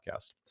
podcast